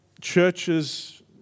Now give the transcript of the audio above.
churches